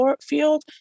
field